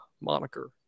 moniker